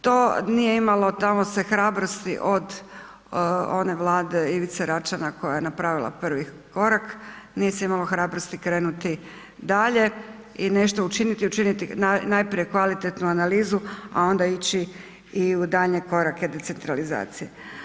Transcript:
To nije imalo, tamo se hrabrosti od one Vlade Ivice Račana koja je napravila prvi korak, nije se imalo hrabrosti krenuti dalje i nešto učiniti i učiniti najprije kvalitetnu analizu, a onda ići i u daljnje korake decentralizacije.